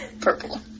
Purple